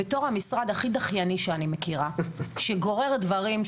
בתור המשרד הכי דחייני שאני מכירה שגורר דברים,